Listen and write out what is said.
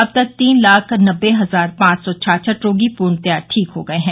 अब तक तीन लाख नब्बे हजार पांच सौ छाछठ रोगी पूर्णतया ठीक हो गये हैं